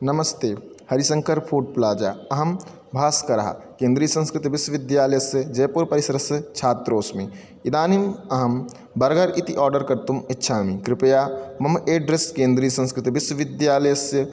नमस्ते Harishankar food plaza अहं भास्करः केन्द्रियसंस्कृतविश्वविद्यालस्य जैपुरपरिसरस्य छात्रोस्मि इदानीम् अहं बर्गर् इति आर्डर् कर्तुम् इच्छामि कृपया मम एड्रस् केन्द्रियसंस्कृतविश्वविद्यालयस्य